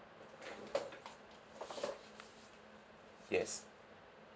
yes